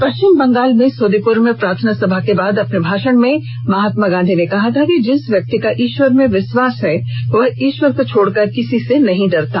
पश्चिम बंगाल में सोदेपुर में प्रार्थना सभा के बाद अपने भाषण में महात्मा गांधी ने कहा था कि जिस व्यक्ति का ईश्वर में विश्वास है वह ईश्वर को छोड़कर किसी से नहीं डरता